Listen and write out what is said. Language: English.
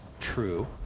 true